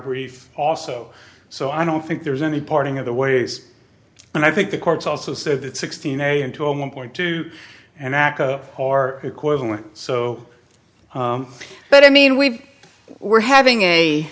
brief also so i don't think there's any parting of the ways and i think the courts also said that sixteen a and to a one point two and aca are equivalent so but i mean we were having a